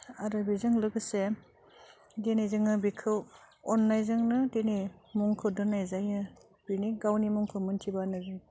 आरो बेजों लोगोसे दिनै जोङो बेखौ अननायजोंनो दिनै मुंखौ दोननाय जायो बिनि गावनि मुंखौ मिथिबानो